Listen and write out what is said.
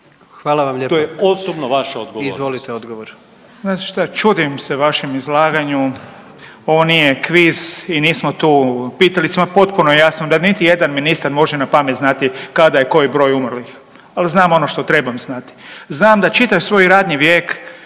Izvolite odgovor. **Beroš, Vili (HDZ)** Znate šta, čudim se vašem izlaganju ovo nije kviz i nismo tu pitali smo potpuno jasno da niti jedan ministar ne može na pamet znati kada je koji broj umrlih, ali znam ono što trebam znati. Znam da čitav svoj radni vijek